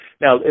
Now